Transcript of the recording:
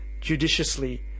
judiciously